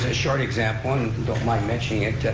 ah short example, and don't mind mentioning it,